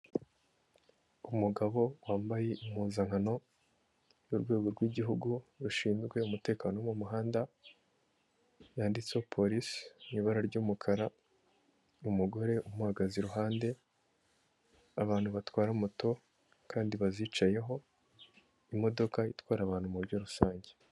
Umugabo wambaye impuzankano y'urwego rw'igihugu rushinzwe umutekano wo mu muhanda, yanditseho polisi mu ibara ry'umukara, umugore umuhagaze iruhande, abantu batwara moto kandi bazicayeho, imodoka itwara abantu mu buryo rusange.